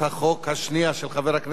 של חברת הכנסת